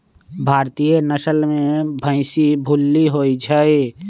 भारतीय नसल में भइशी भूल्ली होइ छइ